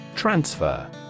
Transfer